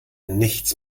nichts